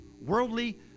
Worldly